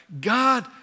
God